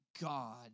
God